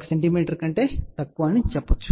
1 centimetre అని చెప్పవచ్చు